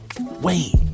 wait